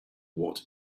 what